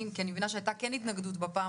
כי אני מבינה שכן הייתה התנגדות בפעם